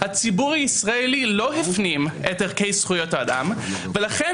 הציבור הישראלי לא הפנים את ערכי זכויות האדם ולכן